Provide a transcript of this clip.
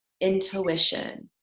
intuition